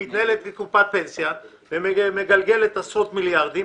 שמתנהלת מקופת פנסיה ומגלגלת עשרות מיליארדים,